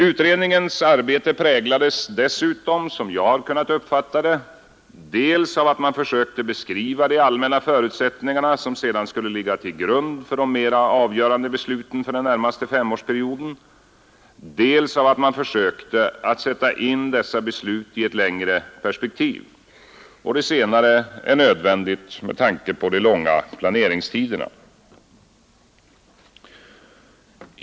Utredningens arbete präglades dessutom, som jag har kunnat uppfatta det, dels av att man försökte beskriva de allmänna förutsättningarna som sedan skulle ligga till grund för de mera avgörande besluten för den närmaste femårsperioden, dels av att man försökte sätta in dessa beslut i ett längre perspektiv. Det senare är nödvändigt med tanke på de långa planeringstiderna.